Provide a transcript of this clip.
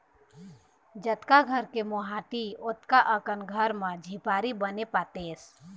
जतका घर के मोहाटी ओतका अकन घर म झिपारी बने पातेस